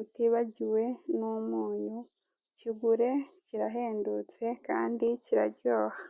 utibagiwe n'umunyu. Kigure kirahendutse kandi kiraryoha.